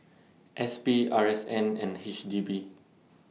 S P R S N and H D B